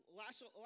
last